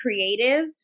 creatives